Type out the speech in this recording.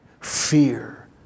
fear